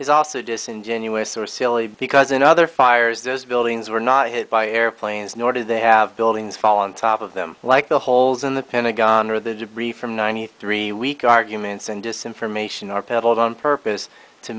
is also disingenuous or silly because in other fires those buildings were not hit by airplanes nor did they have buildings fall on top of them like the holes in the pentagon or the debris from ninety three weak arguments and descend from ation or peddled on purpose to